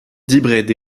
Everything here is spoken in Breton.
debret